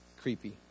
creepy